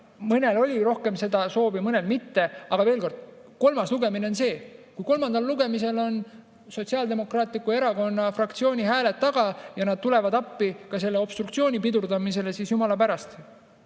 mõnel oli rohkem soovi, mõnel mitte. Aga veel kord, kolmas lugemine on [otsustav]. Kui kolmandal lugemisel on Sotsiaaldemokraatliku Erakonna fraktsiooni hääled taga ja nad tulevad appi ka selle obstruktsiooni pidurdamisel, siis jumala pärast